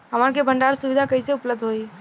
हमन के भंडारण सुविधा कइसे उपलब्ध होई?